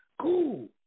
Cool